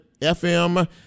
FM